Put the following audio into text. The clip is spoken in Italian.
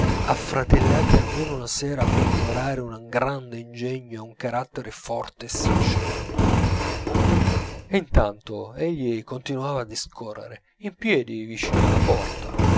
affratellati almeno una sera per onorare un grande ingegno e un carattere forte e sincero e intanto egli continuava a discorrere in piedi vicino alla porta